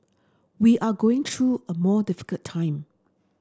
we are going through a more difficult time